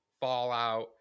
Fallout